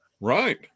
Right